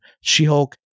She-Hulk